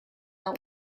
hau